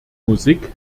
musik